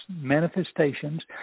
manifestations